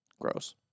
Gross